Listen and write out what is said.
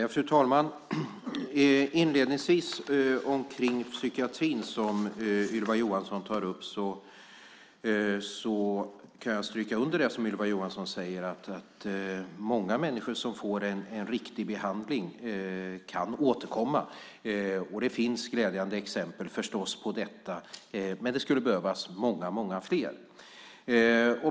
Fru talman! Ylva Johansson tar upp psykiatrin, och jag kan stryka under det som Ylva Johansson säger om att många människor som får en riktig behandling kan återkomma. Det finns förstås glädjande exempel på detta, men det skulle behövas många fler.